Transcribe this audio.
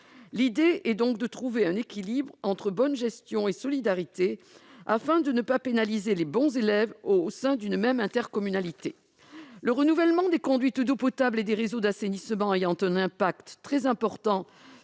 L'idée est donc de trouver un équilibre entre bonne gestion et solidarité, afin de ne pas pénaliser les bons élèves au sein d'une même intercommunalité. Le renouvellement des conduites d'eau potable et des réseaux d'assainissement ayant un impact très important